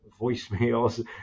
voicemails